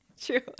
true